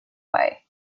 way